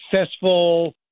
successful